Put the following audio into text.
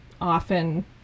often